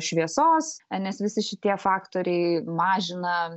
šviesos nes visi šitie faktoriai mažina